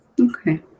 Okay